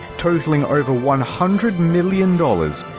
totaling over one hundred million dollars.